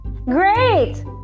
great